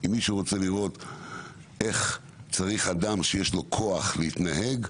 אם מישהו רוצה לראות איך אדם שיש לו כוח צריך להתנהג,